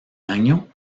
año